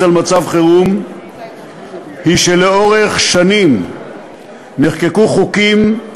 על מצב חירום היא שלאורך שנים נחקקו חוקים,